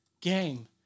game